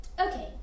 Okay